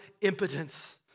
impotence